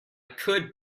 could